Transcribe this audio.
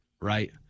right